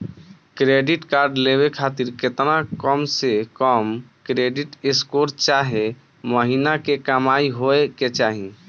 Credit card लेवे खातिर केतना कम से कम क्रेडिट स्कोर चाहे महीना के कमाई होए के चाही?